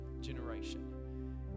generation